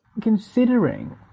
Considering